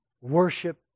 worship